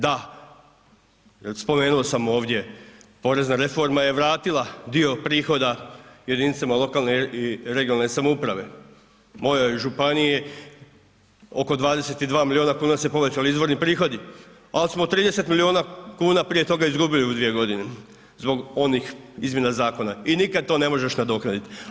Da, jel spomenuo sam ovdje, porezna reforma je vratila dio prihoda jedinicama lokalne i regionalne samouprave, mojoj županiji oko 22 milijuna kuna su se povećali izvorni prihodi, al smo 30 milijuna kuna prije toga izgubili u dvije godine zbog onih izmjena zakona i nikad to ne možeš nadoknadit.